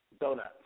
donuts